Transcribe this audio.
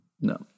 No